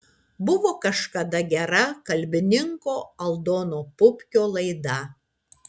buvo kažkada gera kalbininko aldono pupkio laida